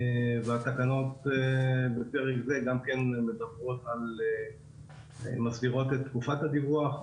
התקנות בפרק זה מסדירות את תקופת הדיווח,